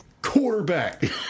quarterback